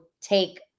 take